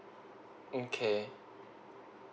okay